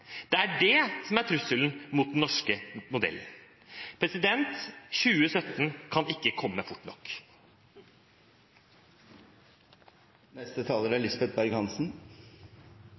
Det er det som er trusselen mot den norske modellen. 2017 kan ikke komme fort